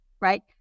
right